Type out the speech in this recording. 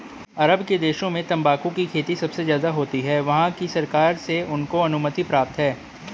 अरब के देशों में तंबाकू की खेती सबसे ज्यादा होती है वहाँ की सरकार से उनको अनुमति प्राप्त है